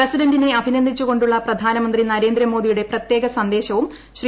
പ്രസിഡന്റിനെ അഭിനന്ദിച്ചുകൊുള്ള പ്രധാനമന്ത്രി നരേന്ദ്രമോദിയുടെ പ്രത്യേക സന്ദേശവും ശ്രീ